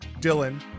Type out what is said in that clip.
Dylan